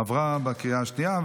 עברה בקריאה השנייה.